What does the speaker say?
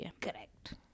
Correct